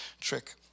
trick